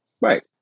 Right